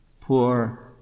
poor